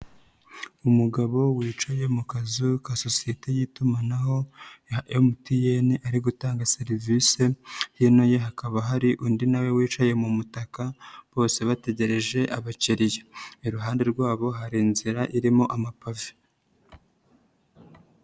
Umugabo wicaye mu kazu ka sosiyete y'itumanaho ya MTN ari gutanga serivisi hino ye hakaba hari undi na we wicaye mu mutaka bose bategereje abakiriya, iruhande rwabo hari inzira irimo amapave.